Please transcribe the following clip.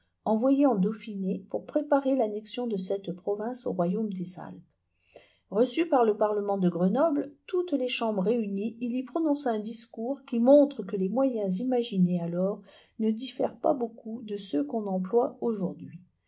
envoyé en dauphiné pour préparer l'annexion de cette province au royaume des alpes reçu par le parlement de grenoble toutes les chambres réunies il y prononça un discours qui montre que les moyens imaginés alors ne diffèrent pas beaucoup de ceux qu'on emploie aujourd'hui